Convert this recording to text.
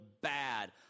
bad